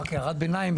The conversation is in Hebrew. רק הערת ביניים: